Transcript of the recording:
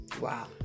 Wow